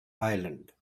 ireland